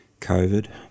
COVID